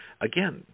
again